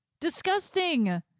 disgusting